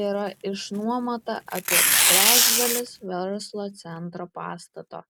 yra išnuomota apie trečdalis verslo centro pastato